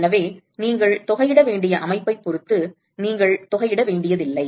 எனவே நீங்கள் தொகையிட வேண்டிய அமைப்பைப் பொறுத்து நீங்கள் தொகையிட வேண்டியதில்லை